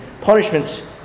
punishments